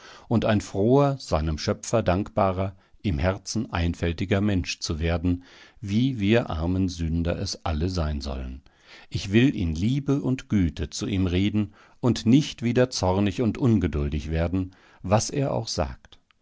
und ein froher seinem schöpfer dankbarer im herzen einfältiger mensch zu werden wie wir armen sünder es alle sein sollen ich will in liebe und güte zu ihm reden und nicht wieder zornig und ungeduldig werden was er auch sagt